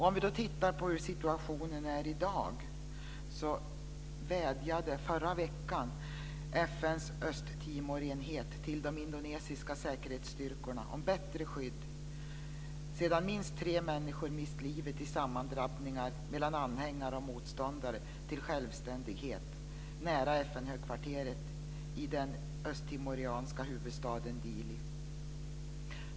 Om vi tittar på hur situationen är i dag kan vi se att FN:s Östtimorenhet förra veckan vädjade till de indonesiska säkerhetsstyrkorna om bättre skydd, sedan minst tre människor mist livet i sammandrabbningar mellan anhängare och motståndare till självständighet nära FN-högkvarteret i den östtimorianska huvudstaden Dili.